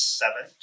seven